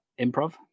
improv